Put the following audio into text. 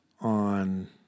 on